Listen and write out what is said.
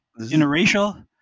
interracial